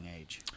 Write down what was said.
age